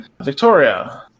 Victoria